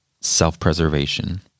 self-preservation